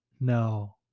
no